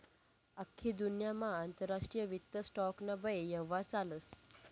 आख्खी दुन्यामा आंतरराष्ट्रीय वित्त स्टॉक ना बये यव्हार चालस